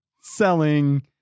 selling